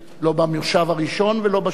לא במושב הראשון ולא בשני.